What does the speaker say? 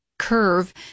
Curve